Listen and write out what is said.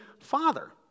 Father